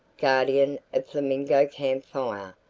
guardian of flamingo camp fire,